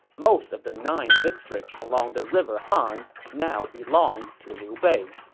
most of the nine districts along the river han now belonged to liu bei